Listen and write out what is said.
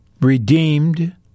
redeemed